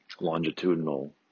longitudinal